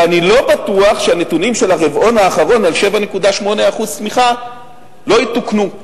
ואני לא בטוח שהנתונים של הרבעון האחרון על 7.8% צמיחה לא יתוקנו.